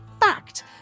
fact